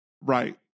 Right